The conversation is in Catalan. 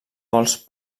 gols